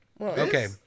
Okay